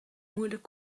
moeilijk